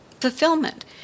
fulfillment